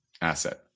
asset